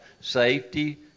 safety